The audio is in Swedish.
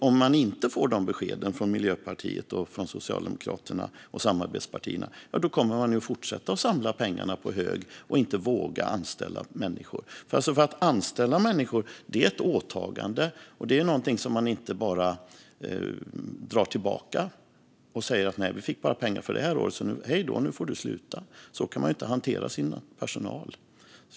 Om de inte får de beskeden från Miljöpartiet, Socialdemokraterna och samarbetspartierna kommer de att fortsätta att samla pengarna på hög och inte våga anställa människor. Att anställa människor är ett åtagande. Det är någonting som man inte bara drar tillbaka genom att säga: Vi fick bara pengar för det här året. Hej då, nu får du sluta. Så kan man inte hantera sin personal.